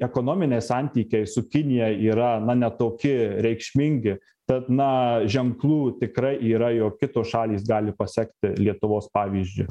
ekonominiai santykiai su kinija yra na ne toki reikšmingi tad na ženklų tikrai yra jog kitos šalys gali pasekti lietuvos pavyzdžiu